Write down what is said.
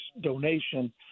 donation